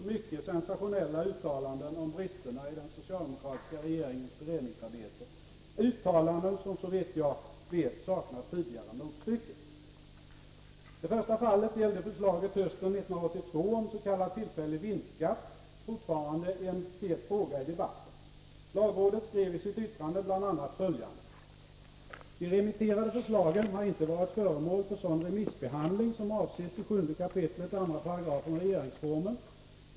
m. mycket sensationella uttalanden om bristerna i den socialdemokratiska regeringens beredningsarbete, uttalanden som såvitt jag vet saknar tidigare motstycken. Ett sådant fall gällde förslaget hösten 1982 om s.k. tillfällig vinstskatt — fortfarande en het fråga i debatten. Lagrådet skrev i sitt yttrande bl.a. följande: ”De remitterade förslagen har inte varit föremål för sådan remissbehandling som avses i 7 kap. 2 § regeringsformen.